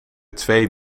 twee